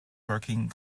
working